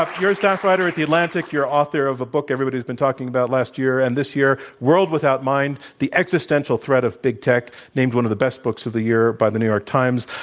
ah you're a staff writer at the atlantic. you're the author of a book everybody's been talking about last year and this year world without mind the existential threat of big tech named one of the best books of the year by the new york times.